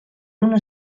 una